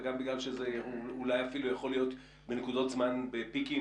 וגם בגלל שזה יכול להיות בנקודות זמן בפיקים,